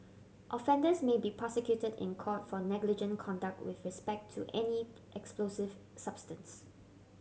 offenders may be prosecuted in court for negligent conduct with respect to any explosive substance